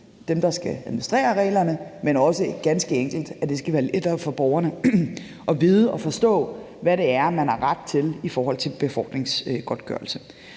dem, der skal administrere reglerne, men også ganske enkelt, at det skal være lettere for borgerne at vide og forstå, hvad det er, man har ret til i forhold til befordringsgodtgørelse.